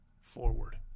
forward